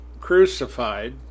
crucified